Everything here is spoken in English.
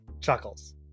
chuckles